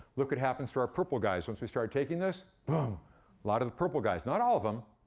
look what happens to our purple guys once we started taking this. boom lot of the purple guys. not all of em,